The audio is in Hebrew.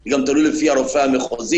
זה גם תלוי לפי הרופא המחוזי.